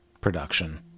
production